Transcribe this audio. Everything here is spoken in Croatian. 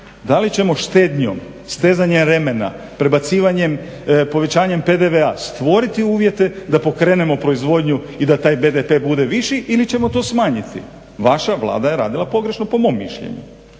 da li ćemo štednjom, stezanjem remena, povećanjem PDV-a stvoriti uvjete da pokrenemo proizvodnju i da taj BDP bude viši ili ćemo to smanjiti? Vaša Vlada je radila pogrešno po mom mišljenju.